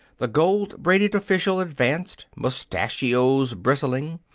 the gold-braided official advanced, mustachios bristling.